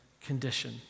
condition